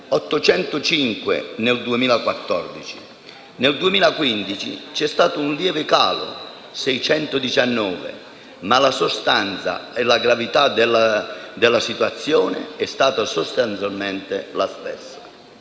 805 nel 2014. Nel 2015 c'è stato un lieve calo (619), ma la sostanza e la gravità della situazione è stata in pratica la stessa.